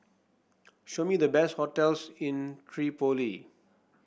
show me the best hotels in Tripoli